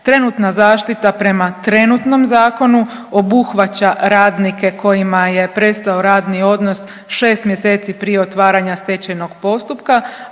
Trenutna zaštita prema trenutnom Zakonu obuhvaća radnike kojima je prestao radni odnos 6 mjeseci prije otvaranja stečajnog postupka,